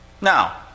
Now